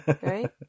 Right